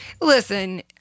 Listen